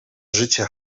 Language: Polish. życie